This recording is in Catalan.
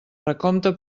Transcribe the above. recompte